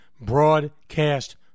broadcast